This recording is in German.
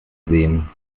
sehen